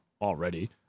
already